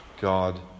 God